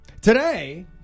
Today